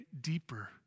deeper